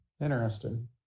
interesting